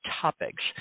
topics